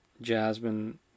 Jasmine